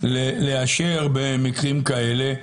לאשר במקרים כאלה.